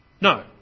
no